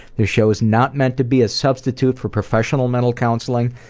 this show is not meant to be a substitute for professional mental counseling.